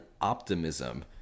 optimism